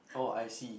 oh I see